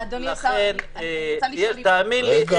תאמין לי,